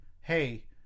hey